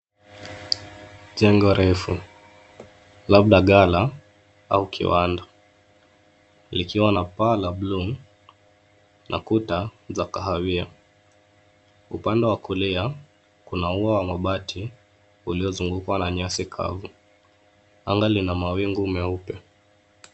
Jengo refu, labda ghala au kiwanda. Likiwa na paa la bluu na kuta za kahawia. Upande wa kulia, kuna ua la mabati, uliozungukwa na nyasi kavu. Anga lina mawingu meupe.